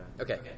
Okay